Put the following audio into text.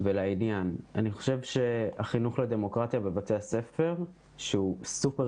אני חושב שהחינוך לדמוקרטיה בבתי הספר הוא סופר